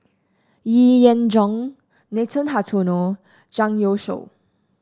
Yee Jenn Jong Nathan Hartono Zhang Youshuo